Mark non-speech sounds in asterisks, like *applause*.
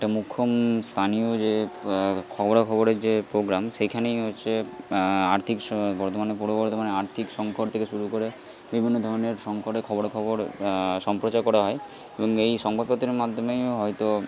একটা মোক্ষম স্থানীয় যে খবরা খবরের যে প্রোগ্রাম সেখানেই হচ্ছে আর্থিক *unintelligible* বর্ধমানের পূর্ব বর্ধমানের আর্থিক সংকট থেকে শুরু করে বিভিন্ন ধরনের সংকটের খবরা খবর সম্প্রচার করা হয় এবং কিন্তু এই সংবাদপত্রের মাধ্যমেই হয়তো